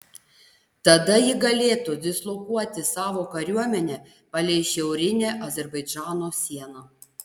tada ji galėtų dislokuoti savo kariuomenę palei šiaurinę azerbaidžano sieną